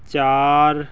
ਚਾਰ